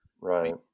Right